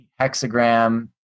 hexagram